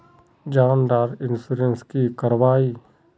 जान डार इंश्योरेंस की करवा ई?